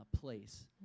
place